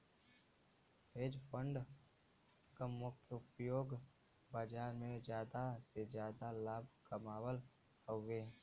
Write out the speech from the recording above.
hedge fund क मुख्य उपयोग बाजार में जादा से जादा लाभ कमावल हउवे